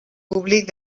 públic